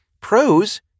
Pros